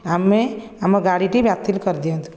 ଆମେ ଆମ ଗାଡ଼ିଟି ବାତିଲ କରିଦିଅନ୍ତୁ